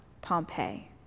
Pompeii